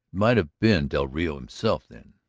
might have been del rio himself, then?